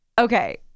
okay